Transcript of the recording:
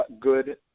good